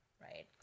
right